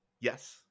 Yes